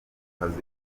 akazi